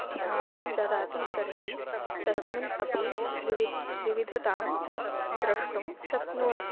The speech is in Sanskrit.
ध्यानं ददति तर्हि तस्मिन् अपि विविधतां विविधतां द्रष्टुं शक्नुवन्ति